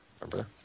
remember